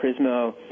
Prismo